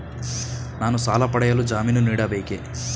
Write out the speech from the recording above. ನಾನು ಸಾಲ ಪಡೆಯಲು ಜಾಮೀನು ನೀಡಬೇಕೇ?